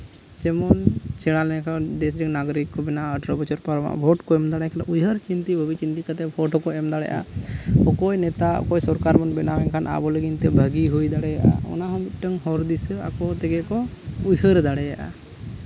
ᱡᱮᱢᱚᱱ ᱥᱮᱬᱟ ᱞᱮᱱᱠᱷᱟᱱ ᱫᱮᱥ ᱨᱮᱱ ᱱᱟᱜᱚᱨᱤᱠ ᱠᱚ ᱵᱮᱱᱟᱜᱼᱟ ᱟᱴᱷᱚᱨᱚ ᱵᱚᱪᱷᱚᱨ ᱯᱟᱨᱚᱢᱚᱜᱼᱟ ᱵᱷᱳᱴ ᱠᱚ ᱮᱢ ᱫᱟᱲᱮᱭᱟᱜᱼᱟ ᱩᱭᱦᱟᱹᱨ ᱪᱤᱱᱛᱟᱹ ᱵᱷᱟᱹᱵᱤ ᱪᱤᱱᱛᱟᱹ ᱠᱟᱛᱮ ᱵᱷᱳᱴ ᱦᱚᱸᱠᱚ ᱮᱢ ᱫᱟᱲᱮᱭᱟᱜᱼᱟ ᱚᱠᱚᱭ ᱱᱮᱛᱟ ᱚᱠᱚᱭ ᱥᱚᱨᱠᱟᱨ ᱵᱚᱱ ᱵᱮᱱᱟᱣᱮ ᱠᱷᱟᱱ ᱟᱵᱚ ᱞᱟᱹᱜᱤᱫ ᱛᱮ ᱵᱷᱟᱹᱜᱤ ᱦᱩᱭ ᱫᱟᱲᱮᱭᱟᱜᱼᱟ ᱚᱱᱟᱦᱚᱸ ᱢᱤᱫᱴᱟᱱ ᱦᱚᱨ ᱫᱤᱥᱟᱹ ᱟᱠᱚ ᱛᱮᱜᱮ ᱠᱚ ᱩᱭᱦᱟᱹᱨ ᱫᱟᱲᱮᱭᱟᱜᱼᱟ